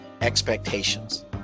expectations